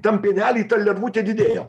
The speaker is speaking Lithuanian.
tam pienely ta lervutė didėjo